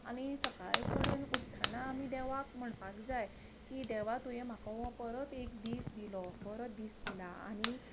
आनी सकाळीं फुडें उठ्ठना आमी देवाक म्हणपाक जाय की देवा तुवें म्हाका हो परत एक दीस दिलो बरो दीस दिला आनी